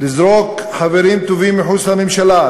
לזרוק חברים טובים מחוץ לממשלה,